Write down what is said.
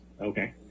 okay